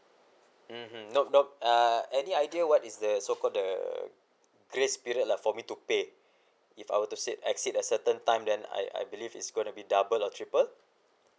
mm mm not not uh any idea what is that so called the grace period lah for me to pay if I were to said exceed a certain time then I I believe is gonna be double or triple